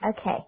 Okay